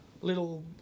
little